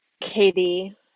Katie